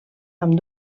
amb